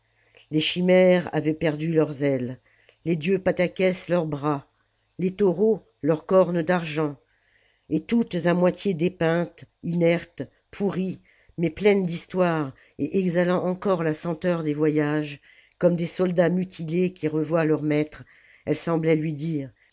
les chimères avaient perdu leurs ailes les dieux patseques leurs bras les taureaux leurs cornes d'argent et toutes à moitié dépeintes inertes pourries mais plemes d'histoire et exhalant encore la senteur des voyages comme des soldats mutilés qui revoient leur maître elles semblaient lui dire